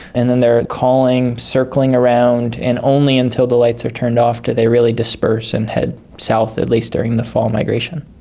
and then they're calling, circling around, and only until the lights are turned off do they really disperse and head south, at least during the fall migration.